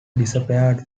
disappeared